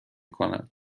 کند